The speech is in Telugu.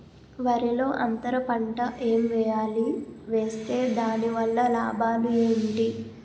వరిలో అంతర పంట ఎం వేయాలి? వేస్తే దాని వల్ల లాభాలు ఏంటి?